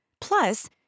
Plus